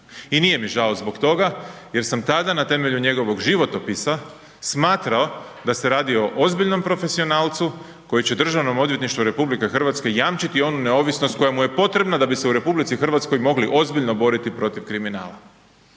i nije mi žao zbog toga jer sam tada na temelju njegovog životopisa smatrao da se radi o ozbiljnom profesionalcu koji će Državnom odvjetništvu RH jamčiti onu neovisnost koja mu je potreban da bi se u RH mogli ozbiljno boriti protiv kriminala.